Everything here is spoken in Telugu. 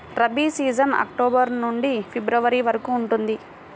రబీ సీజన్ అక్టోబర్ నుండి ఫిబ్రవరి వరకు ఉంటుంది